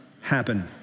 happen